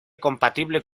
compatible